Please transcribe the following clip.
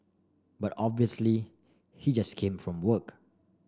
but obviously he just came from work